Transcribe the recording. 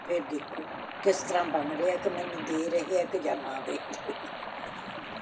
ਫਿਰ ਦੇਖੋ ਕਿਸ ਤਰ੍ਹਾਂ ਬਣ ਰਿਹਾ ਕਿ ਮੈਨੂੰ ਦੇ ਰਹੇ ਕਿ ਜਾਂ ਨਾ ਦੇ ਰਹੇ